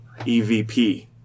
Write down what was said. EVP